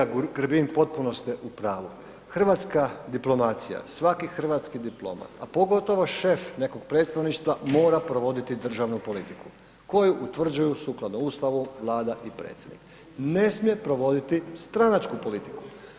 Poštovani kolega Grbin potpuno ste u pravu, hrvatska diplomacija, svaki hrvatski diplomat, a pogotovo šef nekog predstavništva mora provoditi državnu politiku koju utvrđuju sukladno Ustavu Vlada i predsjednik, ne smije provoditi stranačku politiku.